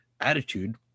attitude